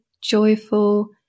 joyful